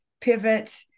pivot